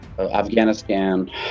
Afghanistan